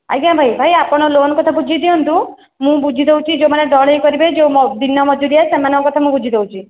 ଆଜ୍ଞା ଭାଇ ଭାଇ ଆପଣ ଲୋନ୍ କଥା ବୁଝି ଦିଅନ୍ତୁ ମୁଁ ବୁଝିଦେଉଛି ଯେଉଁମାନେ ଢଳେଇ କରିବେ ଯେଉଁ ଦିନମଜୁରିଆ ସେମାନଙ୍କ କଥା ମୁଁ ବୁଝିଦେଉଛି